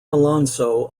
alonso